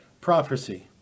prophecy